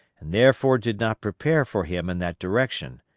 and therefore did not prepare for him in that direction,